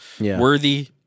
worthy